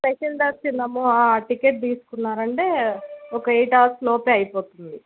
special దర్శనము ticket తీసుకున్నారు అంటే ఒక ఎయిట్ అవర్స్లో అయిపోతుంది